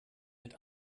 mit